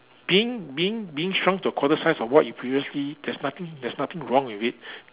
being being being shrunk to a quarter size of what you previously there's nothing there's nothing wrong with it